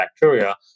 bacteria